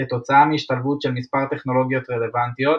כתוצאה מהשתלבות של מספר טכנולוגיות רלוונטיות,